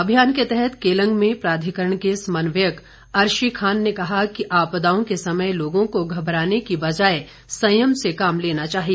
अभियान के तहत केलंग में प्राधिकरण के समन्वयक अर्शी खान ने कहा कि आपदाओं के समय लोगों को घबराने की बजाय संयम से काम लेना चाहिए